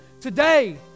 Today